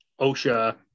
OSHA